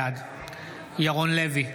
בעד ירון לוי,